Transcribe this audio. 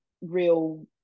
real